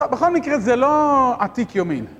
בכל מקרה זה לא עתיק יומין.